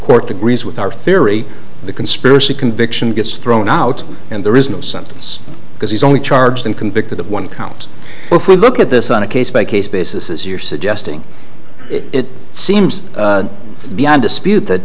agrees with our theory the conspiracy conviction gets thrown out and there is no sentence because he's only charged and convicted of one count if we look at this on a case by case basis as you're suggesting it seems beyond dispute that